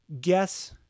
guess